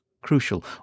crucial